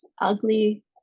ugly